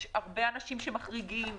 יש הרבה אנשים שמחריגים,